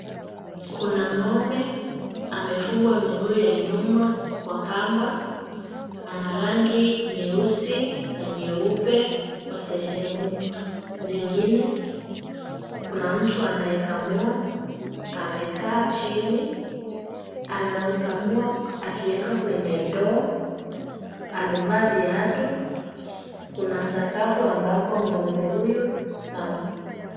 Kuna ng'ombe amefungwa miguu ya nyuma kwa kamba ana rangi nyeusi na nyeupe kwa sehemu zingine. Kuna mtu anayekamua amekaa chini anakamua akiweka kwenye ndoo. Amevaa viatu kuna sakafu ambapo ng'ombe huyu,,,